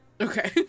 Okay